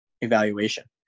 evaluation